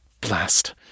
Blast